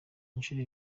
inshuro